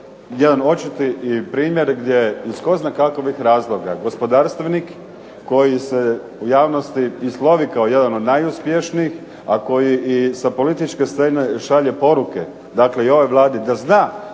jedan očiti primjer gdje iz tko zna kakvih razloga gospodarstvenik koji se u javnosti i slovi kao jedan od najuspješnijih a koji sa političke scene šalje poruke, dakle i ovoj Vladi da zna